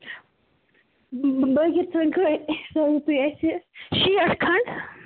بٲکر خٲنہِ تھٲیو تُہۍ اَسہِ یہِ شیٹھ کھَنٛڈ